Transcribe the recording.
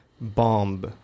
bomb